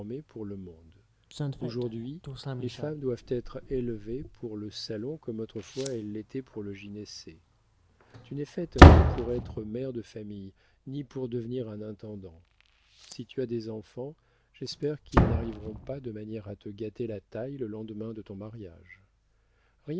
pour le monde aujourd'hui les femmes doivent être élevées pour le salon comme autrefois elles l'étaient pour le gynécée tu n'es faite ni pour être mère de famille ni pour devenir un intendant si tu as des enfants j'espère qu'ils n'arriveront pas de manière à te gâter la taille le lendemain de ton mariage